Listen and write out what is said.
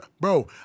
Bro